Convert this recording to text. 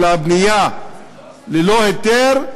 אלא בנייה ללא היתר,